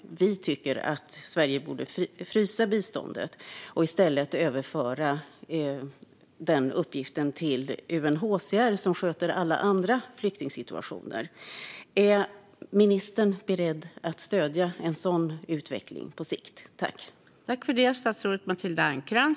Kristdemokraterna tycker att även Sverige borde frysa biståndet och i stället överföra denna uppgift till UNHCR, som sköter alla andra flyktingsituationer. Är ministern beredd att stödja en sådan utveckling på sikt?